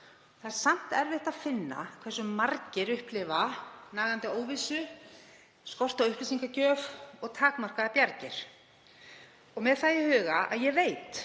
Það er samt erfitt að finna hversu margir upplifa nagandi óvissu, skort á upplýsingagjöf og takmarkaðar bjargir. Með það í huga að ég veit